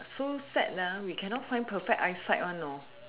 so sad we cannot find perfect eyesight one you know